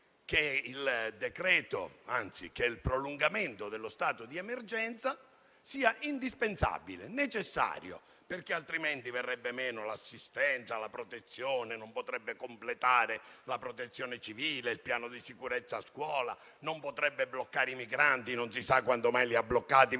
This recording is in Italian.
che il prolungamento dello stato di emergenza sia indispensabile e necessario, perché altrimenti verrebbero meno l'assistenza e la protezione, non potrebbe completare la protezione civile e il piano di sicurezza per la scuola e non potrebbe bloccare i migranti, che non si sa quando mai li ha bloccati,